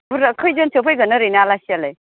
बुरजा खैजोनसो फैगोन ओरैनो आलासियालाय